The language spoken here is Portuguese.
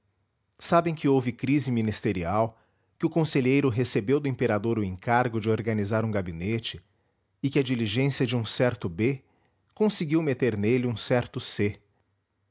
sabem que houve crise ministerial que o conselheiro recebeu do imperador o encargo de organizar um gabinete e que a diligência de um certo b conseguiu meter nele um certo